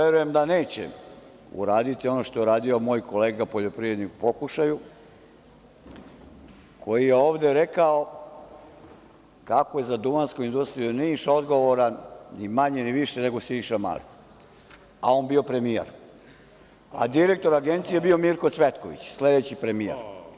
Ja verujem da neće uraditi ono što je radio moj kolega poljoprivrednik u pokušaju, koji je ovde rekao kako je za Duvansku industriju Niš odgovoran ni manje ni više nego Siniša Mali, a on bio premijer, a direktor Agencije bio Mirko Cvetković, sledeći premijer.